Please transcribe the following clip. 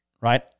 right